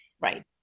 Right